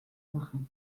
machen